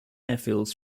airfields